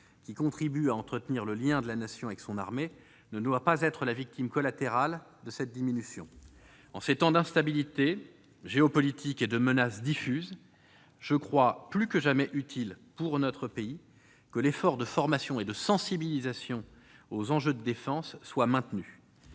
qui contribue à entretenir le lien de la Nation avec son armée, ne doit pas devenir la victime collatérale de cette diminution. En ces temps d'instabilité géopolitique et de menace diffuse, je crois plus que jamais utile pour notre pays le maintien de l'effort de formation et de sensibilisation aux enjeux de défense. Nous devons